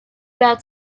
that